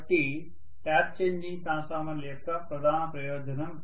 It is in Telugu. కాబట్టి ట్యాప్ చేంజింగ్ ట్రాన్స్ఫార్మర్ల యొక్క ప్రధాన ప్రయోజనం